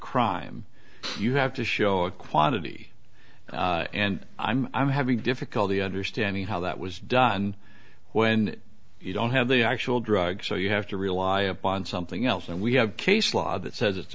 crime you have to show a quantity and i'm having difficulty understanding how that was done when you don't have the actual drugs so you have to rely upon something else and we have case law that says it's